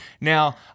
Now